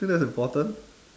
I think that's important